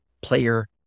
player